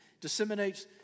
disseminates